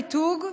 המיתוג,